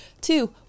two